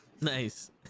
Nice